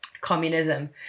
communism